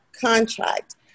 contract